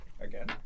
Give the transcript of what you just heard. Again